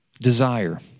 desire